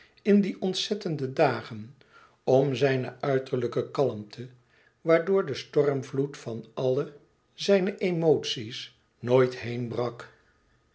in die ontzettende dagen om zijne uiterlijke kalmte waardoor de stormvloed van alle zijne emotie's nooit heen brak